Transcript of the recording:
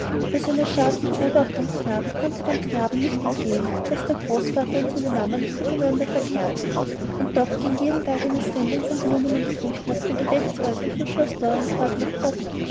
bei seiner scharfen beobachtungsgabe konnte dem knaben nicht entgehen daß der großvater und seine mama nicht miteinander verkehrten und doch ging jeden tag eine sendung von blumen und früchten aus den gewächshäusern von schloß dorincourt nach court